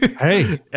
Hey